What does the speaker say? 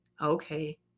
Okay